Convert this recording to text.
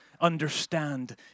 understand